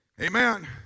Amen